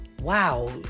wow